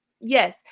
yes